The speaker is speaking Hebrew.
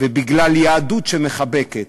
ובגלל יהדות שמחבקת.